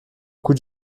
coup